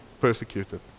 persecuted